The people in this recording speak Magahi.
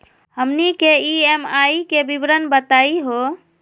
हमनी के ई.एम.आई के विवरण बताही हो?